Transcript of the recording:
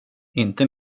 inte